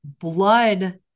blood